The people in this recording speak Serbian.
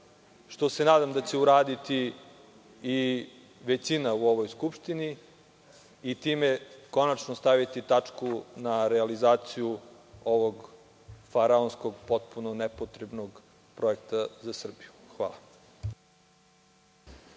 što se nadam da će uraditi i većina u ovoj Skupštini i time konačno staviti tačku na realizaciju ovog faraonskog, potpuno nepotrebnog projekta za Srbiju. Hvala.